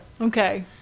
Okay